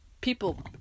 People